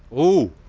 ooh,